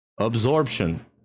absorption